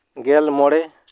ᱜᱮᱞ ᱢᱚᱬᱮ